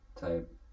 type